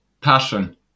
passion